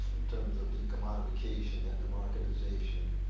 in terms of the commodification and the marketization.